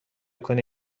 کنی